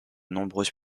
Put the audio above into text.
nombreuses